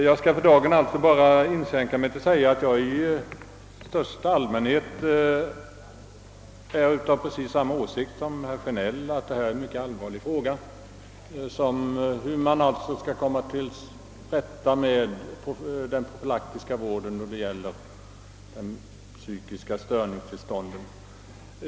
Jag skall för dagen inskränka mig till att säga, att jag i stort sett har precis samma åsikt som herr Sjönell, att detta är en mycket allvarlig fråga: hur man skall kunna klara den profylaktiska vården i samband med psykiska störningstillstånd.